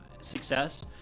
success